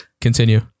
Continue